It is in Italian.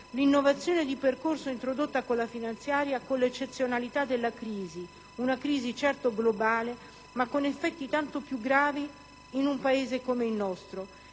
l'innovazione di percorso, introdotta con la finanziaria, con l'eccezionalità della crisi, una crisi certo globale ma con effetti tanto più gravi in un Paese come il nostro,